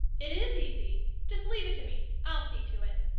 it is easy. just leave it to me. i'll see to it,